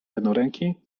jednoręki